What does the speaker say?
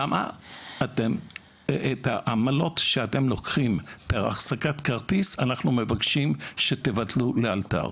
את העמלות שאתם לוקחים פר החזקת כרטיס אנחנו מבקשים שתבטלו לאלתר.